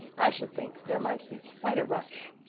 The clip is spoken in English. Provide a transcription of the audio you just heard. i should think there might be quite a rush.